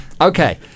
Okay